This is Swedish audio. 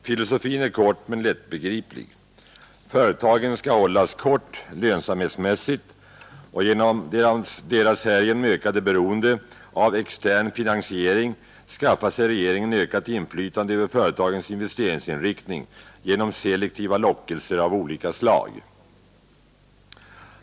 Filosofin är kort men lättbegriplig. Företagen skall hållas kort lönsamhetmässigt, och genom deras sålunda ökade beroende av extern finansiering skaffar sig regeringen ökat inflytande över företagens investeringsriktning genom selektiva lockelser av olika slag.